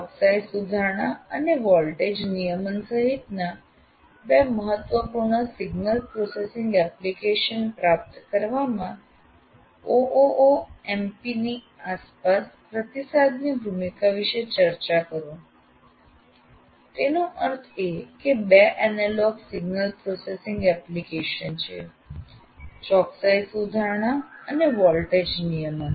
ચોકસાઇ સુધારણા અને વોલ્ટેજ નિયમન સહિતના બે મહત્વપૂર્ણ સિગ્નલ પ્રોસેસિંગ એપ્લિકેશન પ્રાપ્ત કરવામાં oop ampની આસપાસ પ્રતિસાદની ભૂમિકા વિશે ચર્ચા કરો તેનો અર્થ એ કે 2 એનાલોગ સિગ્નલ પ્રોસેસિંગ એપ્લિકેશન છે ચોકસાઇ સુધારણા અને વોલ્ટેજ નિયમન